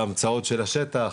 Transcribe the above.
והמצאות של השטח,